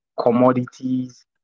commodities